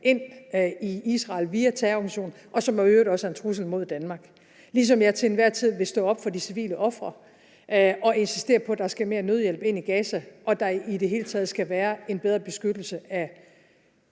ind i Israel via terrororganisationen, og som i øvrigt også er en trussel mod Danmark, ligesom jeg til enhver tid vil stå op for de civile ofre og insistere på, at der skal mere nødhjælp ind i Gaza, og at der i hele taget skal være en bedre beskyttelse af